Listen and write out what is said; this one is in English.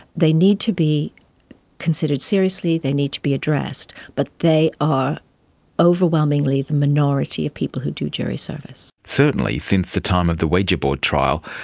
they need to be considered seriously, they need to be addressed, but they are overwhelmingly the minority of people who do jury service. certainly since the time of the ouija board trial,